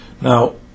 now